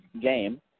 game